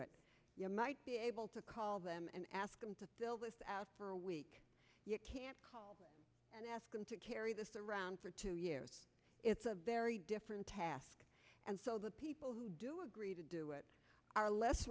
it you might be able to call them and ask them to fill this out for a week you can't call and ask them to carry this around for two years it's a very different task and so the people who do agree to do it are less